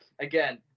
Again